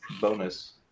bonus